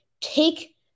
take